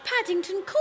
Paddington